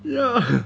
ya